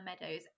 meadows